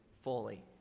fully